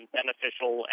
beneficial